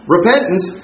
Repentance